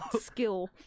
skill